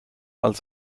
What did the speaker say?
als